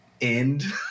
end